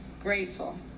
grateful